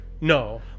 No